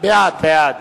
בעד